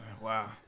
Wow